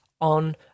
on